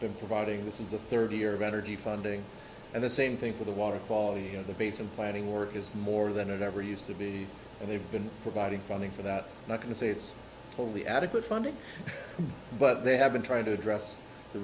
been providing this is the third year of energy funding and the same thing for the water quality of the basin planning work is more than it ever used to be and they've been providing funding for that and i can say it's fully adequate funding but they have been trying to address the